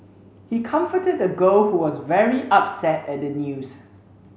he comforted the girl who was very upset at the news